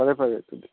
ꯐꯔꯦ ꯐꯔꯦ ꯑꯗꯨꯗꯤ